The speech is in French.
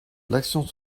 l’action